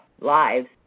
lives